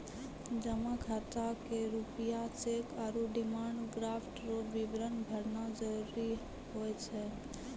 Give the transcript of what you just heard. जमा खाता मे रूपया चैक आरू डिमांड ड्राफ्ट रो विवरण भरना जरूरी हुए छै